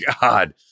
God